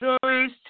stories